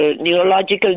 neurological